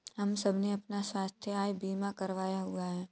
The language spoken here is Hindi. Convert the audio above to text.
हम सबने अपना स्वास्थ्य बीमा करवाया हुआ है